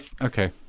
Okay